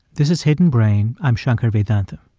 this is hidden brain. i'm shankar vedantam.